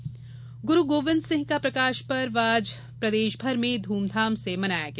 प्रकाश पर्व गुरू गोविंदसिंह का प्रकाश पर्व आज प्रदेशभर में धूमधाम से मनाया गया